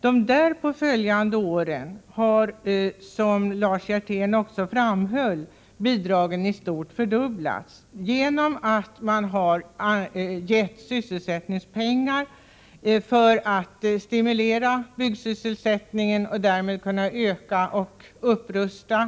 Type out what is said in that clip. De därpå följande åren har, som Lars Hjertén också framhöll, bidraget i stort sett fördubblats genom att man har gett sysselsättningspengar för att stimulera byggsysselsättningen. Därmed har man kunnat öka upprustningen.